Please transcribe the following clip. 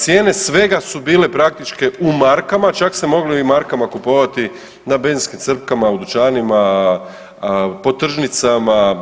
Cijene svega su bile praktički u markama, čak se moglo i u markama kupovati na benzinskim crpkama, u dućanima, po tržnicama.